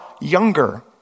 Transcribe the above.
younger